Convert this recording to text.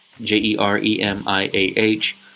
J-E-R-E-M-I-A-H